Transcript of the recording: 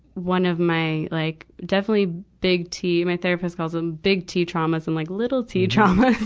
one of my like, definitely big t my therapist calls em big t traumas and like little t traumas.